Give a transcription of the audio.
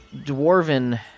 dwarven